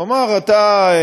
הוא אמר: אתה,